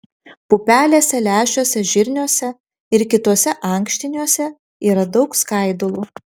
pupelėse lęšiuose žirniuose ir kituose ankštiniuose yra daug skaidulų